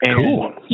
Cool